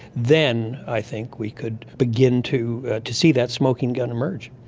then i think we could begin to to see that smoking gun emerge.